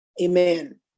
amen